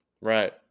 Right